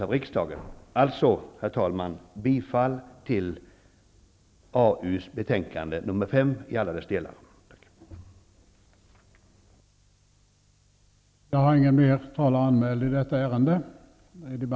Jag yrkar, herr talman, också i övrigt bifall till arbetsmarknadsutskottets hemställan i betänkandet nr 5.